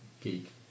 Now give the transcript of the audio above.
geek